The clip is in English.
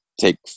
take